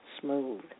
smooth